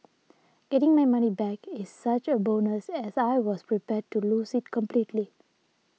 getting my money back is such a bonus as I was prepared to lose it completely